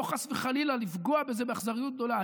חס וחלילה לפגוע בזה באכזריות גדולה.